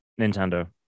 Nintendo